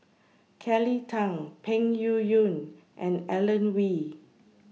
Kelly Tang Peng Yuyun and Alan Oei